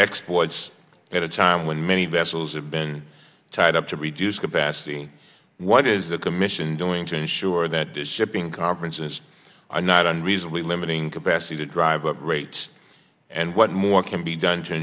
exports at a time when many vessels have been tied up to reduce capacity what is the commission doing to ensure that the shipping conferences are not unreasonably limiting capacity to drive up rates and what more can be done to